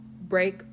break